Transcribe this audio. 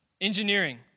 engineering